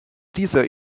dieser